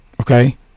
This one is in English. okay